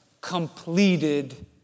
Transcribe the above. completed